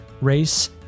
race